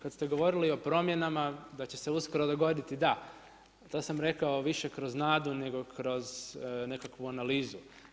Kada ste govorili o promjenama da će se uskoro dogoditi, da, to sam rekao više kroz nadu nego kroz nekakvu analizu.